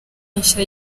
nshya